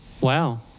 Wow